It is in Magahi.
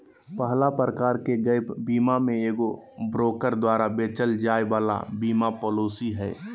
पहला प्रकार के गैप बीमा मे एगो ब्रोकर द्वारा बेचल जाय वाला बीमा पालिसी हय